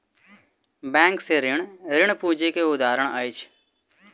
bank से ऋण, ऋण पूंजी के उदाहरण अछि